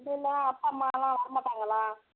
இல்லல்ல அப்பா அம்மாலாம் வர மாட்டாங்களா